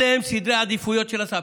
אלה סדרי עדיפויות של השר.